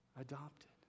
adopted